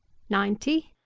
ninety.